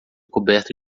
coberto